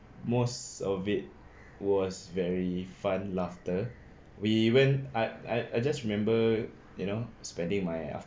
most of it was very fun laughter we went I I I just remember you know spending my